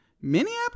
Minneapolis